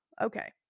okay